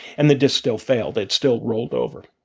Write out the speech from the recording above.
and the disc still failed. it still rolled over.